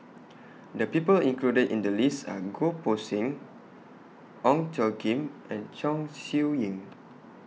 The People included in The list Are Goh Poh Seng Ong Tjoe Kim and Chong Siew Ying